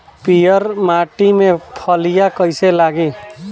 पीयर माटी में फलियां कइसे लागी?